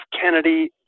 Kennedy